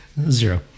Zero